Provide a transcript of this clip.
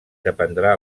dependrà